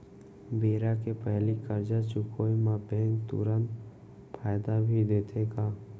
बेरा के पहिली करजा चुकोय म बैंक तुरंत फायदा भी देथे का?